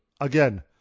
Again